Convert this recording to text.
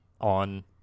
on